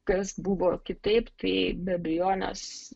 kas buvo kitaip tai be abejonės